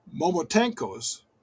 Momotenko's